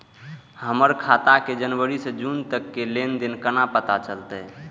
हमर खाता के जनवरी से जून तक के लेन देन केना पता चलते?